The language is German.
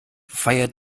feiert